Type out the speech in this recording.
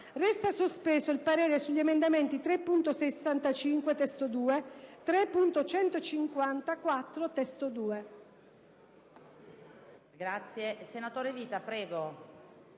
Resta sospeso il parere sugli emendamenti 3.65 (testo 2) e 3.154 (testo 2)».